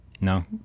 No